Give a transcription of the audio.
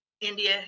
India